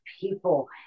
people